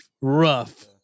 rough